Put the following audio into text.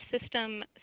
system